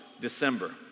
December